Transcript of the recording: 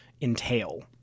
entail